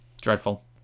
dreadful